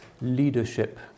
leadership